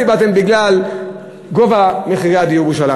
הסיבות הן גובה מחירי הדיור בירושלים.